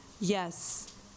yes